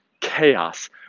chaos